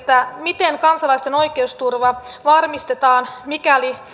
miten kansalaisten oikeusturva varmistetaan mikäli